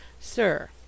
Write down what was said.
Sir